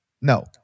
No